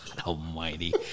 almighty